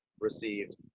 received